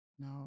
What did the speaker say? No